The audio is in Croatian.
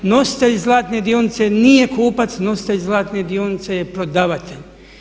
Nositelj zlatne dionice nije kupac, nositelj zlatne dionice je prodavatelj.